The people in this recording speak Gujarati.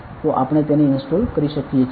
તો આપણે તેને ઇન્સ્ટોલ કરી શકીએ છીએ